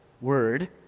word